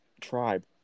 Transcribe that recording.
tribe